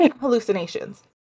hallucinations